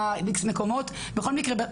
בכל מקרה,